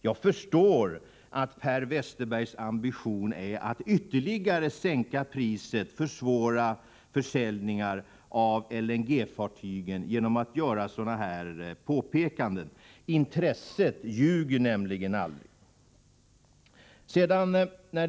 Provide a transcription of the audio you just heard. Jag förstår att Per Westerbergs ambition är att ytterligare sänka priset och försvåra försäljningar av LNG-fartygen. Intresset ljuger nämligen aldrig.